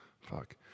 Fuck